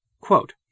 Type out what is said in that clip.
Quote